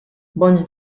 bons